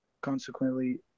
consequently